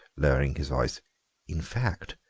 lowering his voice in fact,